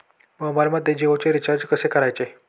मोबाइलमध्ये जियोचे रिचार्ज कसे मारायचे?